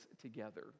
together